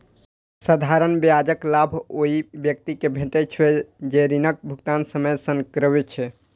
साधारण ब्याजक लाभ ओइ व्यक्ति कें भेटै छै, जे ऋणक भुगतान समय सं करै छै